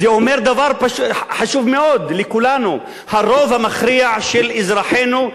זה אומר דבר חשוב מאוד לכולנו: הרוב המכריע של אזרחינו,